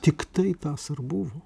tiktai tas ir buvo